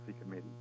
Committee